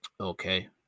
Okay